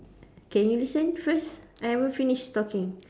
can you listen first I haven't finish talking